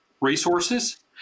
resources